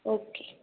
okay